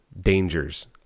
dangers